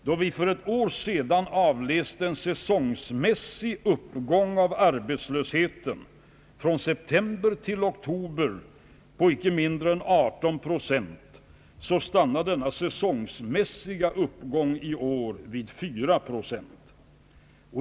Då vi för ett år sedan avläste en säsongmässig uppgång av arbetslösheten från september till oktober på icke mindre än 18 procent, stannar denna säsongmässiga uppgång i år vid 4 procent.